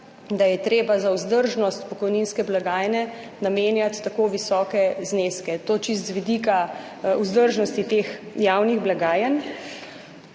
da je treba za vzdržnost pokojninske blagajne namenjati tako visoke zneske. To je čisto z vidika vzdržnosti teh javnih blagajn.